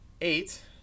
eight